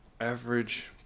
average